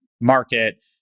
market